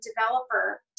developer